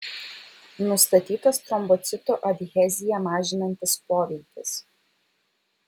nustatytas trombocitų adheziją mažinantis poveikis